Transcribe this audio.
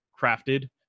crafted